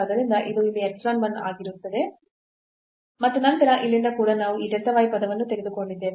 ಆದ್ದರಿಂದ ಇದು ಇಲ್ಲಿ epsilon 1 ಆಗಿ ಆಗುತ್ತದೆ ಮತ್ತು ನಂತರ ಇಲ್ಲಿಂದ ಕೂಡ ನಾವು ಈ delta y ಪದವನ್ನು ತೆಗೆದುಕೊಂಡಿದ್ದೇವೆ